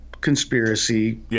conspiracy